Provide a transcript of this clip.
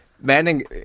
Manning